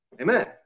amen